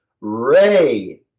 Ray